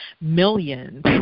millions